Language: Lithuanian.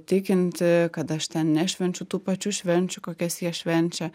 tikinti kad aš ten nešvenčiu tų pačių švenčių kokias jie švenčia